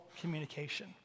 communication